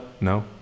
No